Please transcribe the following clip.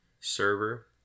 server